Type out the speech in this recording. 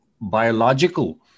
biological